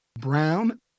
Brown